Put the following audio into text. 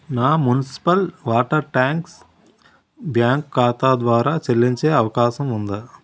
నా municipal water tax bank ఖాతా ద్వారా చెల్లించే అవకాశం ఉందా?